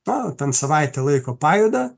nu ten savaitę laiko pajuda